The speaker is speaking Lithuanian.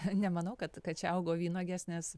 nemanau kad kad čia augo vynuogės nes